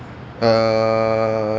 uh